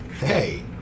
Hey